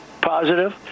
positive